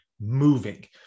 moving